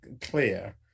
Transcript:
clear